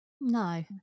No